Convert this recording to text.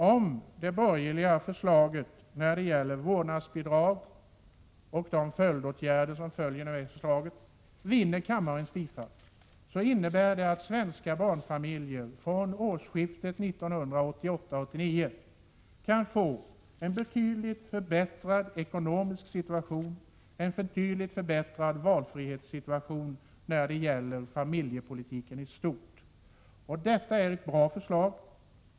Om det borgerliga förslaget till vårdnadsbidrag och de åtgärder som blir följden av förslaget vinner kammarens bifall då innebär det att svenska barnfamiljer från årsskiftet 1988—1989 kan få en betydligt förbättrad ekonomisk situation, en betydligt förbättrad valfrihet när det gäller familjepolitiken i stort. Detta är ett bra förslag.